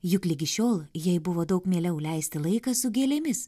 juk ligi šiol jai buvo daug mieliau leisti laiką su gėlėmis